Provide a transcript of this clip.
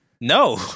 No